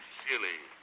silly